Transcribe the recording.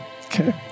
Okay